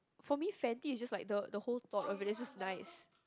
for me fatty is just like the the whole thought of it that's just nice